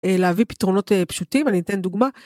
להביא פתרונות פשוטים, אני אתן דוגמה.